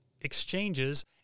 exchanges